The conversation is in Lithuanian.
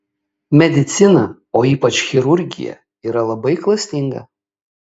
medicina o ypač chirurgija yra labai klastinga